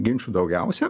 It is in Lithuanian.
ginčų daugiausia